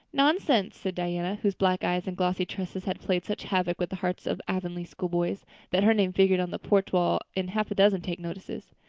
nonsense, said diana, whose black eyes and glossy tresses had played such havoc with the hearts of avonlea schoolboys that her name figured on the porch walls in half a dozen take-notices.